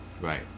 Right